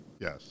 Yes